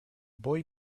boy